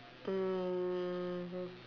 mmhmm